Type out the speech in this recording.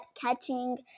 catching